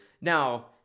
Now